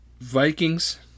Vikings